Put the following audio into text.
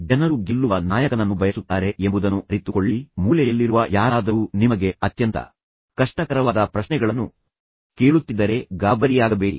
ಜನರು ಗೆಲ್ಲುವ ನಾಯಕನನ್ನು ಬಯಸುತ್ತಾರೆ ಎಂಬುದನ್ನು ಅರಿತುಕೊಳ್ಳಿ ಮೂಲೆಯಲ್ಲಿರುವ ಯಾರಾದರೂ ನಿಮಗೆ ಅತ್ಯಂತ ಕಷ್ಟಕರವಾದ ಪ್ರಶ್ನೆಗಳನ್ನು ಕೇಳುತ್ತಿದ್ದರೆ ಗಾಬರಿಯಾಗಬೇಡಿ